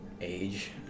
age